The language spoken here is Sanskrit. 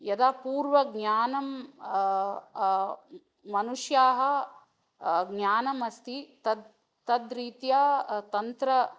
यदा पूर्वज्ञानं मनुष्यान् ज्ञानमस्ति तत् तद्रीत्या तन्त्रस्य